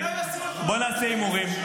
כי לפיד --- בוא נעשה הימורים.